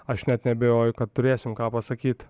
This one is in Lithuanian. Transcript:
aš net neabejoju kad turėsim ką pasakyt